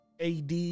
AD